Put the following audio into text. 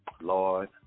Lord